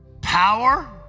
Power